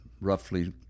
roughly